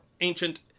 Ancient